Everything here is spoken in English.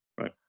right